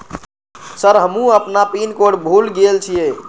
Sir हमू अपना PIN code भूल गेल जीये?